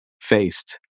faced